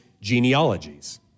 genealogies